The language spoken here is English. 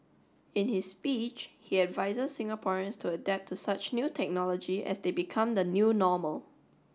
in his speech he advises Singaporeans to adapt to such new technology as they become the new normal